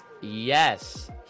Yes